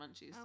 munchies